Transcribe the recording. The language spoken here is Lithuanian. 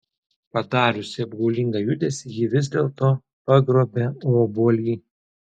padariusi apgaulingą judesį ji vis dėlto pagrobia obuolį